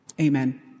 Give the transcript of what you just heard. Amen